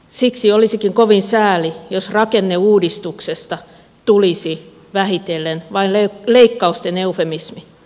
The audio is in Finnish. siksi olisikin kovin sääli jos rakenneuudistuksesta tulisi vähitellen vain leikkausten eufemismi